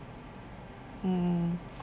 mm